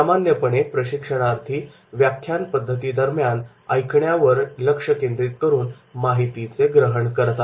सामान्यपणे प्रशिक्षणार्थी व्याख्यानपद्धती दरम्यान ऐकण्यावर लक्ष केंद्रित करून माहितीचे ग्रहण करतात